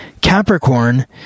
Capricorn